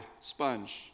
sponge